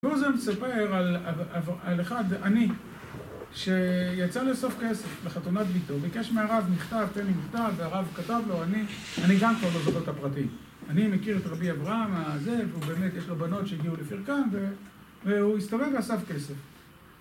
בואו נספר על אחד, עני, שיצא לאסוף כסף לחתונת ביתו ביקש מהרב מכתב, תן לי מכתב והרב כתב לו אני גם כבר לא זוכר את הפרטים. אני מכיר את רבי אברהם הזה ובאמת יש לו בנות שהגיעו לפרקן והוא הסתובב ואסף כסף